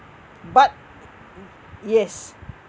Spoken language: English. but yes